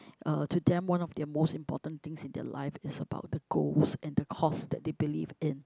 uh to them one of their most important things in their life is about the goals and the cause that they believed in